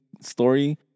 story